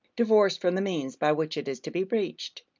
divorced from the means by which it is to be reached.